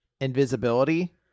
invisibility